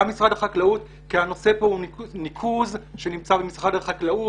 גם משרד החקלאות כי הנושא כאן הוא ניקוז שנמצא במשרד החקלאות,